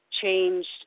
changed